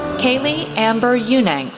kailee amber you know unangst,